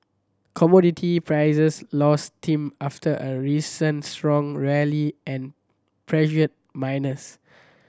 commodity prices lost steam after a recent strong rally and pressured miners